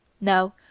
Now